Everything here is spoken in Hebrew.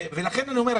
לכן אני אומר,